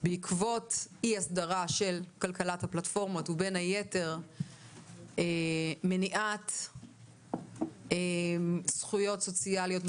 בעקבות אי הסדרה של כלכלת הפלטפורמות ובין היתר מניעת זכויות סוציאליות,